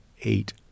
eight